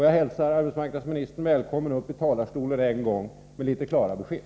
Jag hälsar arbetsmarknadsministern välkommen upp i talarstolen en gång till för att ge litet klarare besked.